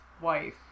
wife